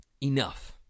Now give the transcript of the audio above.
enough